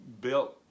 built